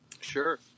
Sure